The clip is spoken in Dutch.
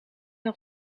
nog